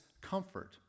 comfort